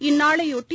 இந்நாளையொட்டி